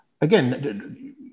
again